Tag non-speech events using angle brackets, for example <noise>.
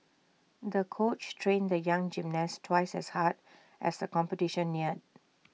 the coach trained the young gymnast twice as hard <noise> as the competition neared